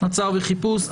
מעצר וחיפוש.